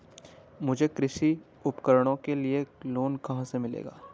मुझे कृषि उपकरणों के लिए लोन कहाँ से मिलेगा?